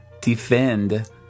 defend